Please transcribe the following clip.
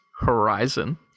Horizon